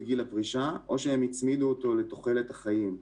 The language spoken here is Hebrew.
גיל הפרישה או שהצמידו אותו לתוחלת החיים.